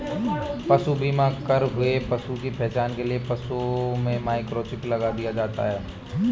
पशु बीमा कर आए हुए पशु की पहचान के लिए पशुओं में माइक्रोचिप लगा दिया जाता है